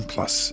Plus